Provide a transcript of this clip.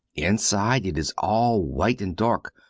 inside it is all white and dark,